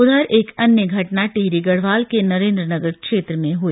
उधर एक अन्य घटना टिहरी गढ़वाल के नरेंद्रनगर क्षेत्र में हुई